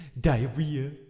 diarrhea